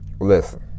listen